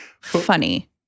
funny